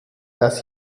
dass